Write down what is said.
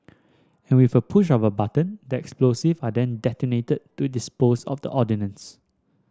and with a push of a button the explosives are then detonated to dispose of the ordnance